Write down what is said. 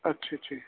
ਅੱਛਾ ਅੱਛਾ ਜੀ